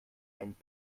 einen